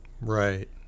Right